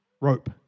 rope